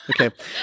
Okay